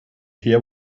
hear